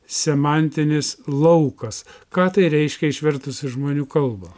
semantinis laukas ką tai reiškia išvertus į žmonių kalbą